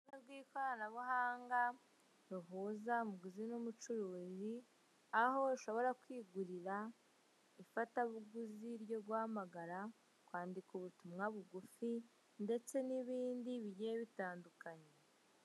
Urubuga rw'ikoranabuhanga ruhuza umuguzi n'umucuruzi aho ushobora kwigurira ifatabuguzi ryo guhamagara kwandika ubutumwa bugufi ndetse n'ibindi bigiye bitandukanye.